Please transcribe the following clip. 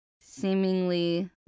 seemingly